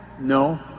No